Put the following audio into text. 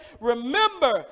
Remember